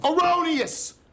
erroneous